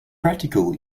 practical